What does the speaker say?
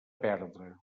perdre